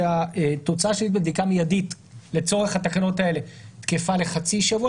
שהתוצאה של בדיקה מיידית לצורך התקנות האלה תקפה לחצי שבוע,